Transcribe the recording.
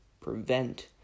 prevent